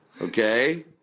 Okay